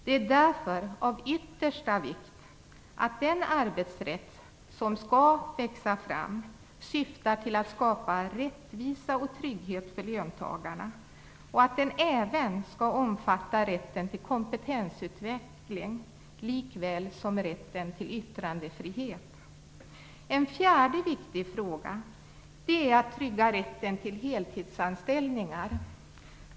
Det är därför av yttersta vikt att den arbetsrätt som skall växa fram syftar till att skapa rättvisa och trygghet för löntagarna och att den även skall omfatta rätten till kompetensutveckling, likväl som rätten till yttrandefrihet. En fjärde viktig fråga är att driva rätten till heltidsanställningar.